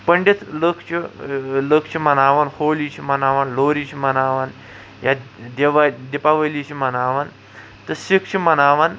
پنٛڈتھ لُکھ چھِ لُکھ چھ مناوان ہولی چھِ مناوان لوری چھِ مناوان یا دیوا دیپاولی چھِ مناوان تہٕ سِکھ چھِ مناون